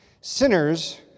Sinners